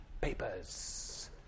papers